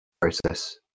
process